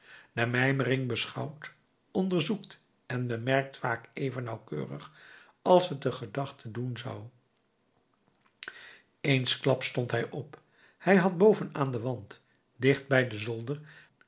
de mijmering beschouwt onderzoekt en bemerkt vaak even nauwkeurig als het de gedachte doen zou eensklaps stond hij op hij had boven aan den wand dicht bij den zolder